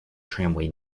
tramway